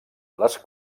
les